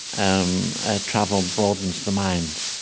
um ah travel broadens the mind.